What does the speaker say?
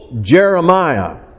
Jeremiah